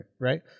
Right